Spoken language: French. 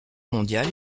mondiale